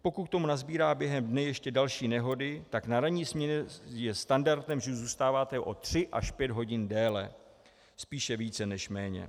Pokud k tomu nasbírá během dne ještě další nehody, tak na ranní směně je standardem, že zůstáváte o 3 až 5 hodin déle, spíše více než méně.